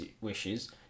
wishes